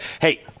hey –